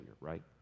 right